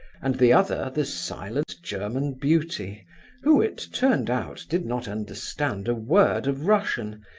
and the other the silent german beauty who, it turned out, did not understand a word of russian,